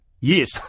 Yes